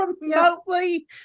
remotely